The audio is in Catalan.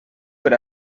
per